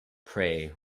pray